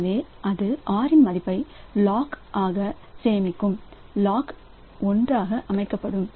எனவே அது R இன் மதிப்பை லாக் ஆக சேமிக்கும் லாக் 1 அமைக்கப்படும்